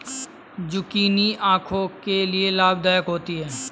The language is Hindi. जुकिनी आंखों के लिए लाभदायक होती है